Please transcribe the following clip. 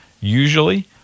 usually